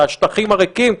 השטחים הריקים,